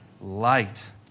light